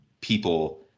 people